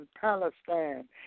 Palestine